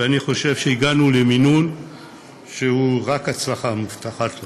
ואני חושב שהגענו למינון שרק הצלחה מובטחת לו.